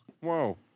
Whoa